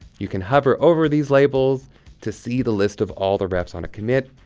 you can hover over these labels to see the list of all the refs on a commit,